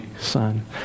son